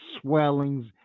swellings